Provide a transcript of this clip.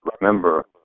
remember